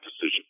decision